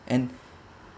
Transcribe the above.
and